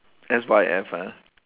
S_Y_F ah